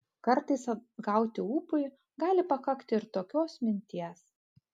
kartais atgauti ūpui gali pakakti ir tokios minties